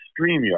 StreamYard